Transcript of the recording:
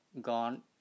gone